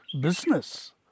business